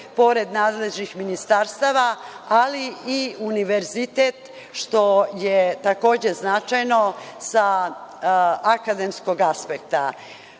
pored nadležnih ministarstava, ali i univerzitet što je takođe značajno sa akademskog aspekta. Gospođo